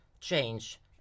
change